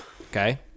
okay